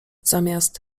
zamiast